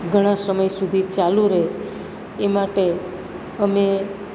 ઘણા સમય સુધી ચાલુ રહે એ માટે અમે